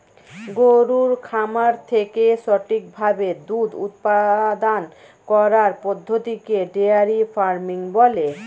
গরুর খামার থেকে সঠিক ভাবে দুধ উপাদান করার পদ্ধতিকে ডেয়ারি ফার্মিং বলে